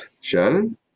Shannon